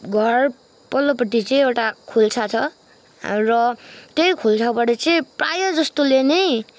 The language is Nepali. घर पल्लोपट्टि चाहिँ एउटा खोल्सा छ हाम्रो त्यही खोल्साबाट चाहिँ प्राय जस्तोले नै